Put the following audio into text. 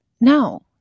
No